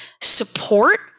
support